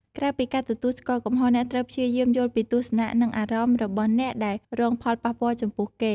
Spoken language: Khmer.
ក្រៅពីការទទួលស្គាល់កំហុស អ្នកត្រូវព្យាយាមយល់ពីទស្សនៈ និងអារម្មណ៍របស់អ្នកដែលរងផលប៉ះពាល់ចំពោះគេ។